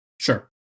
Sure